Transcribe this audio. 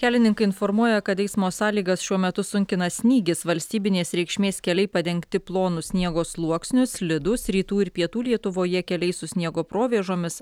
kelininkai informuoja kad eismo sąlygas šiuo metu sunkina snygis valstybinės reikšmės keliai padengti plonu sniego sluoksniu slidūs rytų ir pietų lietuvoje keliai su sniego provėžomis